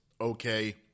okay